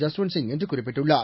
ஜஸ்வந்த்சிங் என்று குறிப்பிட்டுள்ளார்